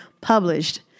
published